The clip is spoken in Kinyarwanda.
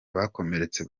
bakomeretse